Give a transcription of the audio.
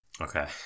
Okay